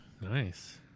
nice